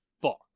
fuck